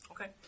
Okay